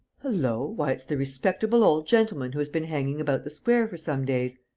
hullo! why, it's the respectable old gentleman who has been hanging about the square for some days!